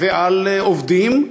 על עובדים,